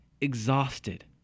exhausted